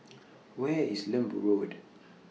Where IS Lembu Road